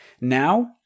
now